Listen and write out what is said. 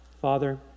Father